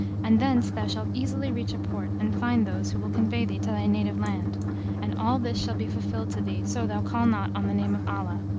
and thence thou shalt easily reach a port and find those who will convey thee to thy native land and all this shall be fulfilled to thee so thou call not on the name of allah.